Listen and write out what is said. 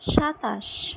সাতাশ